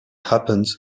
happens